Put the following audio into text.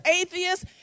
atheists